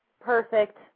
Perfect